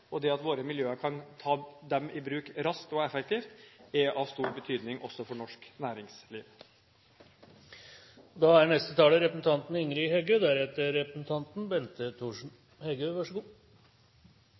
og det at våre miljøer kan ta dem i bruk raskt og effektivt, er av stor betydning også for norsk næringsliv. Det er